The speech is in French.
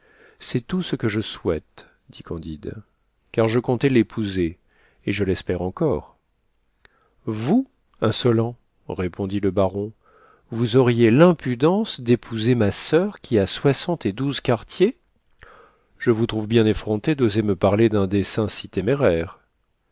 c'est tout ce que je souhaite dit candide car je comptais l'épouser et je l'espère encore vous insolent répondit le baron vous auriez l'impudence d'épouser ma soeur qui a soixante et douze quartiers je vous trouve bien effronté d'oser me parler d'un dessein si téméraire